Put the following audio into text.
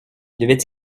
devait